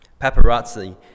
Paparazzi